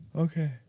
okay.